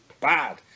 bad